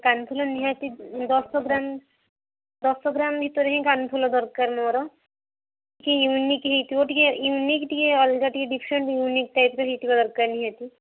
କାନଫୁଲ ନିହାତି ଦଶ ଗ୍ରାମ୍ ଦଶ ଗ୍ରାମ୍ ଭିତରେ ହିଁ କାନଫୁଲ ଦରକାର ମୋର କିଛି ୟୁନିକ୍ ହେଇଥିବ ଟିକିଏ ୟୁନିକ୍ ଟିକିଏ ଅଲଗା ଟିକିଏ ଡ଼ିଫ୍ରେଣ୍ଟ ୟୁନିକ୍ ଟାଇପର ଦରକାର ନିହାତି